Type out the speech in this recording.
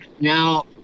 now